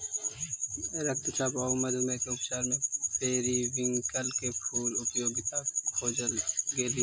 रक्तचाप आउ मधुमेह के उपचार में पेरीविंकल के फूल के उपयोगिता खोजल गेली हे